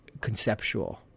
conceptual